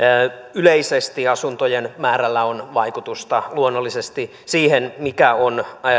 yleisesti asuntojen määrällä on luonnollisesti vaikutusta siihen mikä on